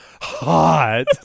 hot